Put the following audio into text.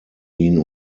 ihn